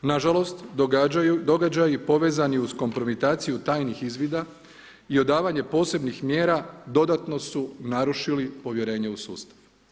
Nažalost događaji povezani uz kompromitaciju tajnih izvida i odavanje posebnih mjera dodatno su narušili povjerenje u sustav.